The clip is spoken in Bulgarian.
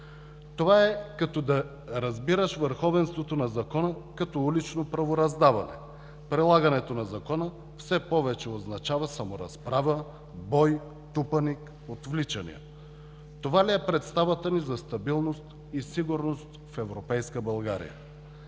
Това е като да разбираш върховенството на закона като улично правораздаване. Прилагането на закона все повече означава саморазправа, бой, тупаник, отвличания. Това ли е представата ни за стабилност и сигурност в европейска България?!